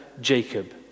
Jacob